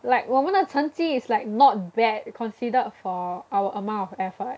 like 我们成绩 is like not bad considered for our amount of effort